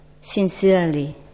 sincerely